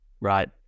right